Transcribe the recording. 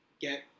get